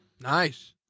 Nice